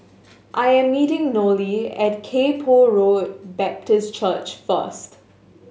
i am meeting Nolie at Kay Poh Road Baptist Church first